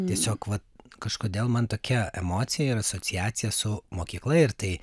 tiesiog va kažkodėl man tokia emocija ir asociacija su mokykla ir tai